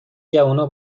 جوونا